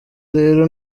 rero